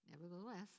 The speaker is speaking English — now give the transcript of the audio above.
Nevertheless